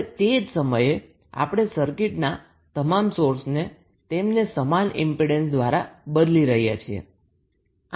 હવે તે જ સમયે આપણે સર્કિટના તમામ સોર્સને તેમને સમાન ઈમ્પીડન્સ દ્વારા બદલી રહ્યા છીએ